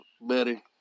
better